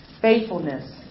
Faithfulness